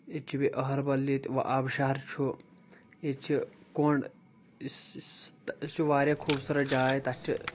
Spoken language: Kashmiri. ییٚتہِ چھُ بیٚیہِ أہربل ییٚتہِ و آبہٕ شہر چھُ ییٚتہِ چھِ کۄنٛڈ تہٕ یہِ چھُ واریاہ خوٗبصوٗرت جاے تتھ چھِ